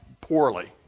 poorly